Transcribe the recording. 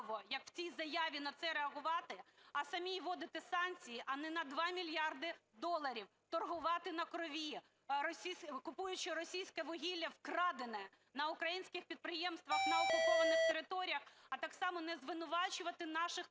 як в цій заяві, на це реагувати, а самій вводити санкції, а не на 2 мільярди доларів торгувати на крові, купуючи російське вугілля, вкрадене на українських підприємствах на окупованих територіях, а так само не звинувачувати наших